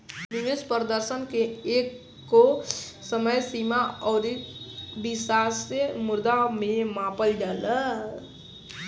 निवेश प्रदर्शन के एकगो समय सीमा अउरी विशिष्ट मुद्रा में मापल जाला